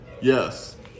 Yes